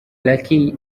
lucky